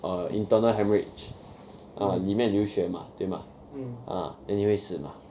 err internal hemorrhage ah 里面流血 mah 对吗 ah then 你会死 mah 对吗